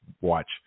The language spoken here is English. watch